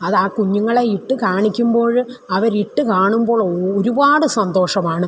അതാ കുഞ്ഞുങ്ങളെ ഇട്ട് കാണിക്കുമ്പോൾ അവരിട്ട് കാണുമ്പോൾ ഒരുപാട് സന്തോഷമാണ്